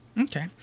Okay